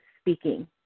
speaking